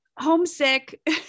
homesick